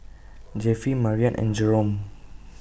Jeffie Marian and Jerome